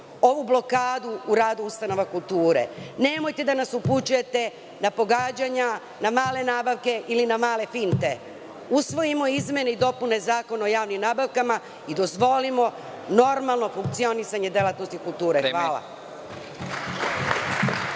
ovu blokadu u radu ustanova kulture. Nemojte da nas upućujete na pogađanja, na male nabavke ili na male finte. Usvojimo izmene i dopune Zakona o javnim nabavkama i dozvolimo normalno funkcionisanje delatnosti kulture. Hvala.